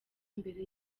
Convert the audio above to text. mbere